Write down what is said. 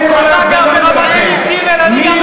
אתה גר ברמת-אביב ג' ואני גר,